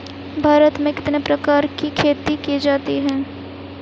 भारत में कितने प्रकार की खेती की जाती हैं?